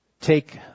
take